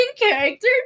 character